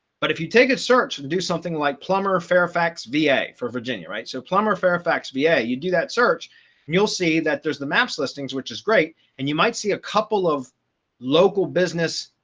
but if you take a search to do something like plumber, fairfax, va for virginia, right, so plumber, fairfax, va, yeah you do that search, and you'll see that there's the maps listings, which is great. and you might see a couple of local business,